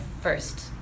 first